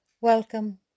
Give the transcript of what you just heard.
Welcome